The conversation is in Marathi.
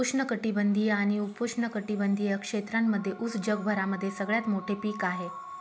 उष्ण कटिबंधीय आणि उपोष्ण कटिबंधीय क्षेत्रांमध्ये उस जगभरामध्ये सगळ्यात मोठे पीक आहे